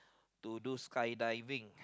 to do sky diving